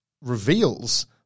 reveals